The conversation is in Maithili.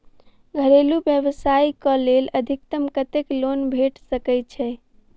घरेलू व्यवसाय कऽ लेल अधिकतम कत्तेक लोन भेट सकय छई?